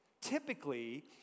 typically